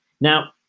Now